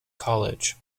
college